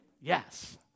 Yes